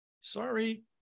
Sorry